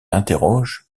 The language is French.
interroge